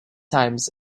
times